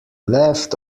left